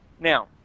Now